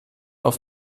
auf